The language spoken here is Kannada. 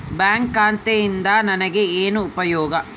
ಬ್ಯಾಂಕ್ ಖಾತೆಯಿಂದ ನನಗೆ ಏನು ಉಪಯೋಗ?